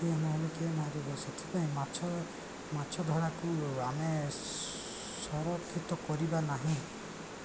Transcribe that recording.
ଏ ଆମ ଆମେ କିଏ ମାରିବେ ସେଥିପାଇଁ ମାଛ ମାଛ ଧରାକୁ ଆମେ ସଂରକ୍ଷିତ କରିବା ନାହିଁ